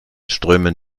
strömen